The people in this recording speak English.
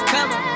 Come